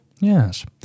Yes